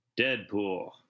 Deadpool